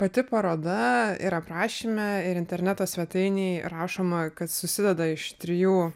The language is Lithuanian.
pati paroda ir aprašyme ir interneto svetainėj rašoma kad susideda iš trijų